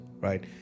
right